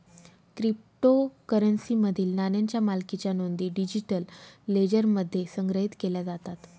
क्रिप्टोकरन्सीमधील नाण्यांच्या मालकीच्या नोंदी डिजिटल लेजरमध्ये संग्रहित केल्या जातात